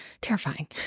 Terrifying